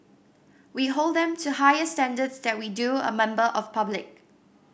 we hold them to higher standards than we do a member of public